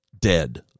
Dead